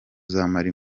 uzamara